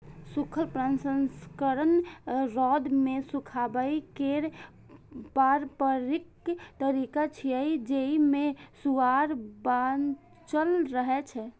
सूखल प्रसंस्करण रौद मे सुखाबै केर पारंपरिक तरीका छियै, जेइ मे सुआद बांचल रहै छै